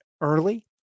early